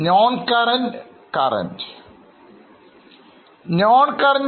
Non current Current